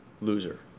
loser